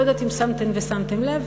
לא יודעת אם שמתן ושמתם לב,